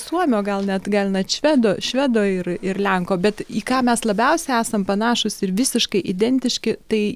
suomio gal net gal net švedo švedo ir ir lenko bet į ką mes labiausiai esam panašūs ir visiškai identiški tai